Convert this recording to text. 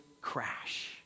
crash